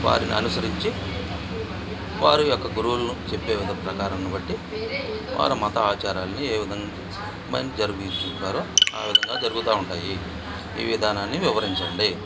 వారిని అనుసరించి వారి యొక్క గురువులు చెప్పే వి ప్రకారాన్ని బట్టి వారి మత ఆచారాల్ని ఏ విధంగా ఆ విధంగా జరుగుతు ఉంటాయి ఈ విధానాన్ని వివరించండి